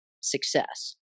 success